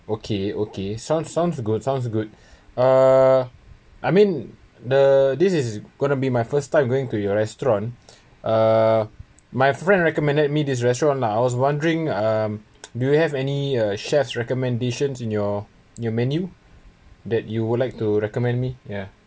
okay okay sounds sounds good sounds good uh I mean the this is gonna be my first time going to your restaurant uh my friend recommended me this restaurant lah I was wondering um do you have any uh chef's recommendations in your menu that you would like to recommend me ya